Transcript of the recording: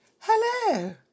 hello